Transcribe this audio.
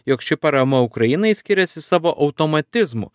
jog ši parama ukrainai skiriasi savo automatizmu